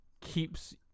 keeps